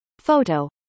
Photo